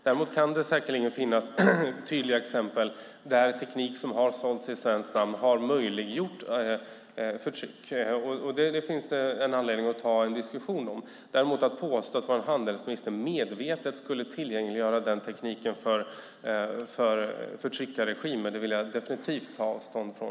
Däremot kan det säkerligen finnas tydliga exempel där teknik som har sålts i svenskt namn har möjliggjort förtryck. Detta finns det en anledning att ta en diskussion om. Att däremot påstå att vår handelsminister medvetet skulle tillgängliggöra denna teknik för förtryckarregimer vill jag definitivt ta avstånd från.